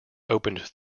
opened